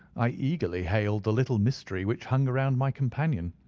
i eagerly hailed the little mystery which hung around my companion,